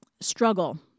struggle